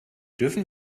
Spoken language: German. dürfen